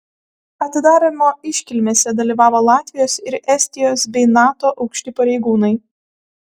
atidarymo iškilmėse dalyvavo latvijos ir estijos bei nato aukšti pareigūnai